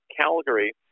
Calgary